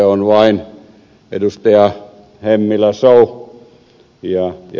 hemmilä show ja siinä kaikki